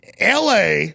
LA